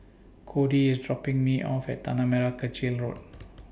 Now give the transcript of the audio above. Codey IS dropping Me off At Tanah Merah Kechil Road